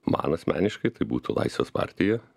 man asmeniškai tai būtų laisvės partija